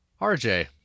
RJ